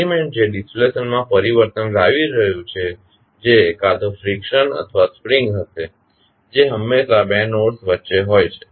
element જે ડિસ્પ્લેસમેન્ટમાં પરિવર્તન લાવી રહ્યું છે જે કાં તો ફ્રીકશન અથવા સ્પ્રિંગ હશે જે હંમેશાં બે નોડ્સ વચ્ચે હોય છે